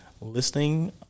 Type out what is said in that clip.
Listening